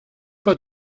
pas